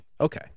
Okay